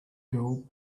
girl